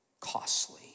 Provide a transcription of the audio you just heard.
Costly